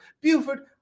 Buford